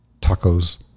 tacos